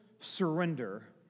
surrender